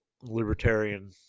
libertarian